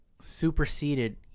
superseded